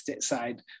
side